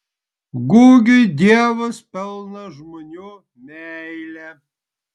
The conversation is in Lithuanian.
gugiui dievas pelno žmonių meilę